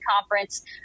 conference